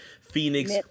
phoenix